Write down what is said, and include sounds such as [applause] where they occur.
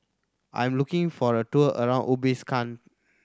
I am looking for a tour around [unintelligible]